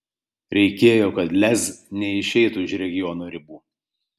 reikėjo kad lez neišeitų iš regiono ribų